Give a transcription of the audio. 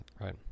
right